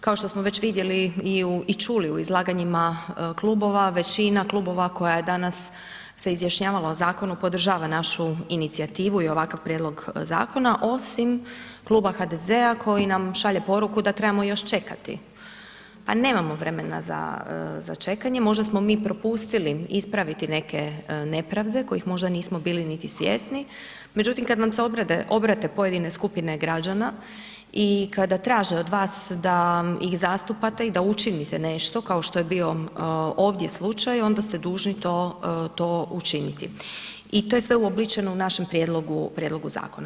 Kao što smo već vidjeli i u, i čuli u izlaganjima klubova, većina klubova koja je danas se izjašnjavala o zakonu podržava našu inicijativu i ovakav prijedlog zakona osim Kluba HDZ-a koji nam šalje poruku da trebamo još čekati, pa nemamo vremena za, za čekanje, možda smo mi propustili ispraviti neke nepravde kojih možda nismo bili niti svjesni, međutim kad nam se obrate pojedine skupine građana i kada traže od vas da ih zastupate i da učinite nešto kao što je bio ovdje slučaj onda ste dužni to, to učiniti i to je sve uobličeno u našem prijedlogu, prijedlogu zakona.